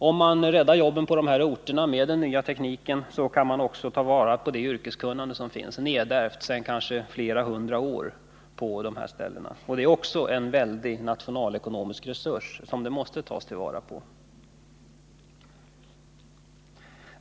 Om man räddar jobben på dessa orter med den nya tekniken, tar man också vara på det nedärvda yrkeskunnande som finns sedan kanske flera hundra år tillbaka. Det är en väldig nationalekonomisk resurs som helt enkelt måste tas till vara.